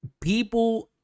people